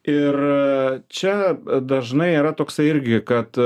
ir čia dažnai yra toksai irgi kad